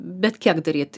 bet kiek daryt